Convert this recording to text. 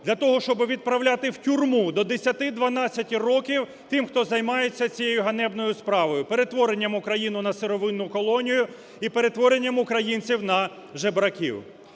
Для того, щоб відправляти в тюрму до 10-12 років тих, хто займається цією ганебною справою, перетворенням України на сировинну колонію і перетворенням українців на жебраків.